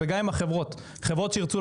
תהיה קרן שתשקיע ביזמים צעירים.